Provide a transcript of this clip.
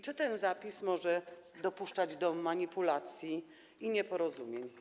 Czy ten zapis może doprowadzić do manipulacji i nieporozumień?